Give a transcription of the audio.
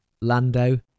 Lando